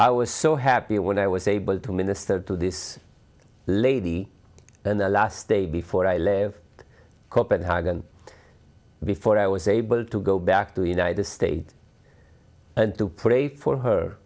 i was so happy when i was able to minister to this lady in the last day before i live copenhagen before i was able to go back to the united states to pray for her